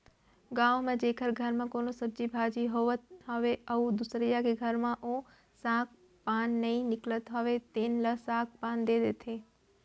गाँव म जेखर घर म कोनो सब्जी भाजी होवत हावय अउ दुसरइया के घर म ओ साग पान नइ निकलत हावय तेन ल साग पान दे देथे